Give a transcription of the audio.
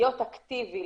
להיות אקטיבי,